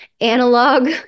analog